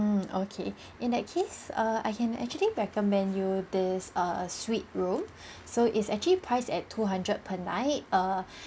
~(mm) okay in that case err I can actually recommend you this err suite room so it's actually price at two hundred per night err